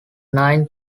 nine